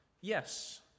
yes